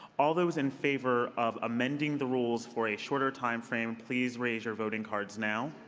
all those in favor of amending the rules for a shorter time frame, please raise your voting cards now.